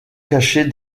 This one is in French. cachée